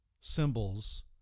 symbols